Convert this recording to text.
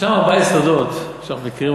ישנם ארבעה יסודות שאנחנו מכירים: